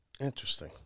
Interesting